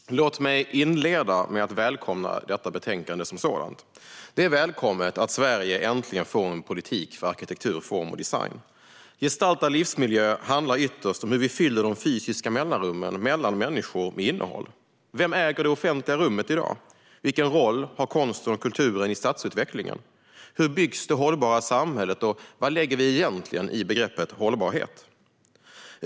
Herr talman! Låt mig inleda med att välkomna detta betänkande som sådant. Det är välkommet att Sverige äntligen får en politik för arkitektur, form och design. Gestaltad livsmiljö handlar ytterst om hur vi fyller de fysiska mellanrummen mellan människor med innehåll. Vem äger det offentliga rummet i dag? Vilken roll har konsten och kulturen i stadsutvecklingen? Hur byggs det hållbara samhället, och vad lägger vi egentligen i begreppet hållbarhet?